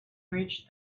reached